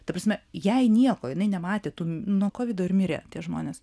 ta prasme jai nieko jinai nematė nuo kovido ir mirė tie žmonės